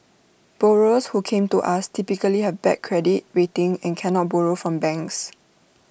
borrowers who came to us typically have bad credit rating and cannot borrow from banks